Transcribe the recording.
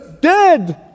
dead